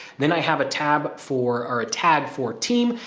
then i have a tab for our tag for team.